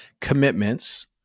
commitments